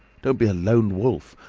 don't be a lone wolf.